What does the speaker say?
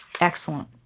Excellent